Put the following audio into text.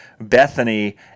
Bethany